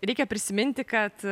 reikia prisiminti kad